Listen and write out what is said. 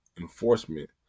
enforcement